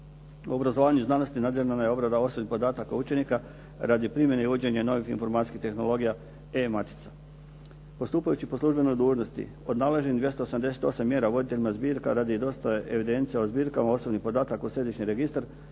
U obrazovanju i znanosti nadzirana je obrada osobnih podataka učenika radi primjene i uvođenja novih informacijskih tehnologija e-matica. Postupajući po službenoj dužnosti od navedenih 288 mjera ... radi dostave evidencije o zbirkama osobnih podataka u središnji registar,